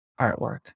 artwork